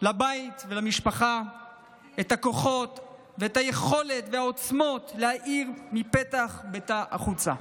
לבית ולמשפחה את הכוחות ואת היכולת והעוצמות להאיר מפתח ביתה החוצה.